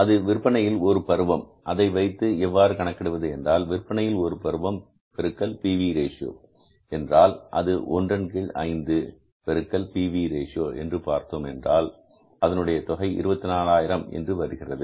அது விற்பனையில் ஒரு பருவம் அதை வைத்து எவ்வாறு கணக்கிடுவது என்றால் விற்பனையின் ஒரு பருவம் பெருக்கல் P V ratio PV Ratio என்றால் ஒன்றின் கீழ் 5 பெருக்கல் P V ratio PV Ratio என்று பார்த்தோம் என்றால் அதனுடைய தொகை 24000 என்று வருகிறது